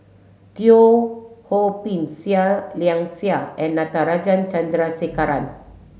Teo Ho Pin Seah Liang Seah and Natarajan Chandrasekaran